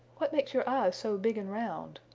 what makes your eyes so big and round?